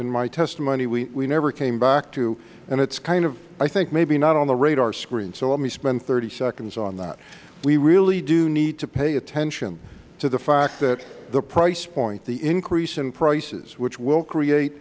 in my testimony we never came back to and it's kind of i think maybe not on the radar screen so let me spend thirty seconds on that we really do need to pay attention to the fact that the price point the increase in prices which will create